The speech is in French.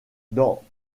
dans